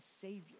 Savior